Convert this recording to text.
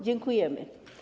Dziękujemy.